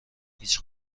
هیچ